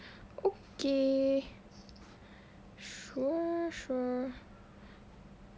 okay sure sure